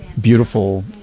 beautiful